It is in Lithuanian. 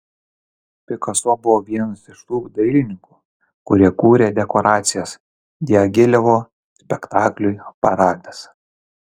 pikaso buvo vienas iš tų dailininkų kurie kūrė dekoracijas diagilevo spektakliui paradas